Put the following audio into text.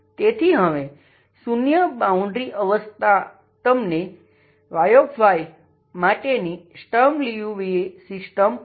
તેથી હવે શૂન્ય બાઉન્ડ્રી અવસ્થા તમને Y માટેની સ્ટર્મ લિઉવિલે સિસ્ટમ આપશે